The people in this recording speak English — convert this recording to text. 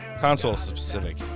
console-specific